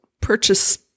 purchase